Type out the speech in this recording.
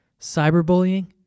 Cyberbullying